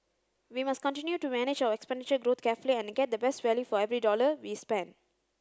we must continue to manage our expenditure growth carefully and get the best value for every dollar we spend